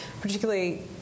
particularly